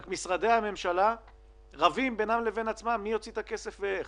רק משרדי הממשלה רבים בינם לבין עצמם מי יוציא את הכסף ואיך.